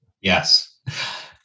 Yes